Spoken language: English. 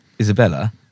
Isabella